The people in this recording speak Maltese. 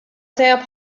tajjeb